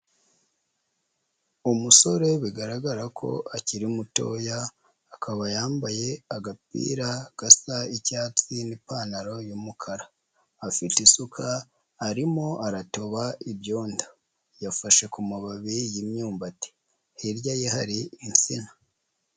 Umusore bigaragara ko akiri mutoya akaba yambaye agapira gasa icyatsi n'ipantaro y'umukara, afite isuka arimo aratoba ibyondo, yafashe ku mababi y'imyumbati hirya ye hari insina.